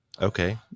okay